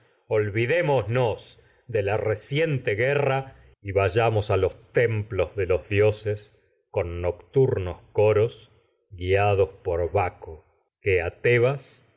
olvidémonos la reciente guerra y vayamos a los templos de los dioses con nocturnos coros tragedias de sófocles guiados he ahi por baco que